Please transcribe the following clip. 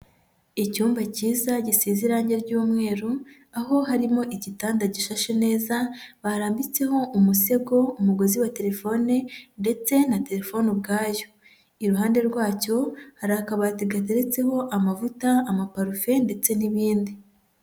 Icyumba cyiza gisize irange ry'umweru, aho harimo igitanda gishashe neza, barambitseho umusego, umugozi wa terefone ndetse na terefone ubwayo, iruhande rwacyo hari akabati gateretseho amavuta, amaparufe ndetse n'ibindi.